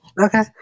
Okay